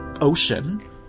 ocean